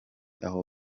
aho